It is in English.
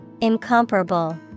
Incomparable